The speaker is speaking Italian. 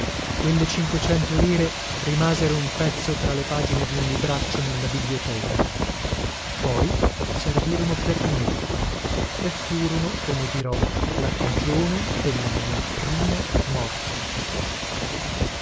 quelle cinquecento lire rimasero un pezzo tra le pagine di un libraccio della biblioteca poi servirono per me e furono come dirò la cagione della mia prima morte